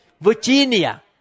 Virginia